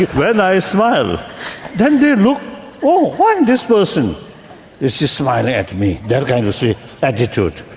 when i smile then they look oh why this person is just smiling at me, that kind of see attitude.